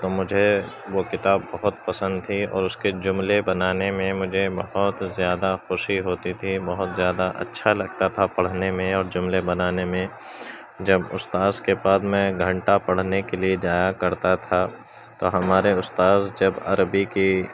تو مجھے وہ کتاب بہت پسند تھی اور اس کے جملے بنانے میں مجھے بہت زیادہ خوشی ہوتی تھی بہت زیادہ اچھا لگتا تھا پڑھنے میں اور جملے بنانے میں جب استاذ کے پاس میں گھنٹہ پڑھنے کے لیے جایا کرتا تھا تو ہمارے استاذ جب عربی کی